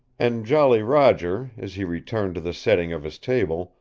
and jolly roger, as he returned to the setting of his table,